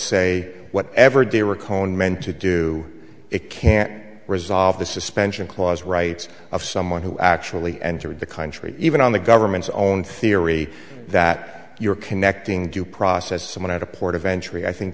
say whatever day we're calling men to do it can resolve the suspension clause rights of someone who actually entered the country even on the government's own theory that you're connecting due process someone at a port of entry i think